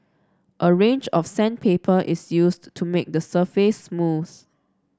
a range of sandpaper is used to make the surface smooth